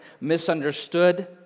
misunderstood